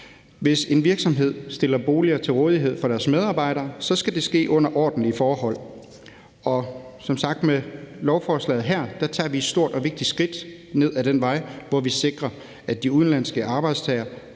Hvis en virksomhed stiller boliger til rådighed for deres medarbejdere, skal det ske under ordentlige forhold. Med lovforslaget her tager vi som sagt et stort og vigtigt skridt ned ad den vej, hvor vi sikrer, at de udenlandske arbejdstagere